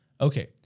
Okay